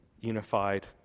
unified